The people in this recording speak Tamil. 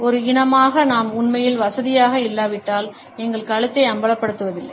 ஒரு இனமாக நாம் உண்மையில் வசதியாக இல்லாவிட்டால் எங்கள் கழுத்தை அம்பலப்படுத்துவதில்லை